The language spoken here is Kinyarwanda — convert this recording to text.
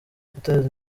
guteza